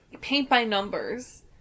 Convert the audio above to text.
paint-by-numbers